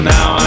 Now